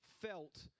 felt